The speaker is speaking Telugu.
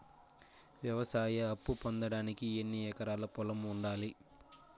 వ్యవసాయ అప్పు పొందడానికి ఎన్ని ఎకరాల పొలం ఉండాలి?